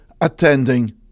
attending